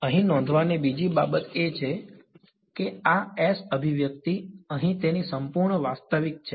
અહીં નોંધવાની બીજી બાબત એ છે કે આ S અભિવ્યક્તિ અહીં તેની સંપૂર્ણ વાસ્તવિક છે